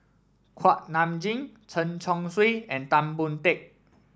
Kuak Nam Jin Chen Chong Swee and Tan Boon Teik